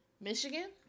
Michigan